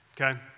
okay